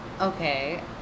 Okay